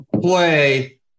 play